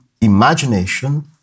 imagination